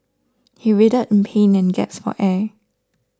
he writhed in pain and gasped for air